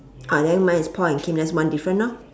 ah then mine is paul and kim that's one different orh